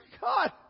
God